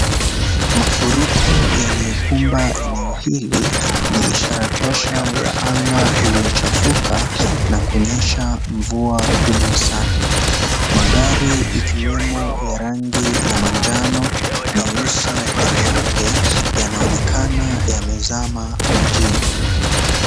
Mafuriko yaliyokumba eneo hili ni ishara tosha ya anga iliyochafuka na kunyesha mvua kubwa sana ,magari ikiwemo ya rangi ya manjano ,nyeusi na nyeupe yanaonekana yamezama majini.